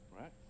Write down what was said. right